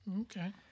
okay